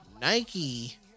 Nike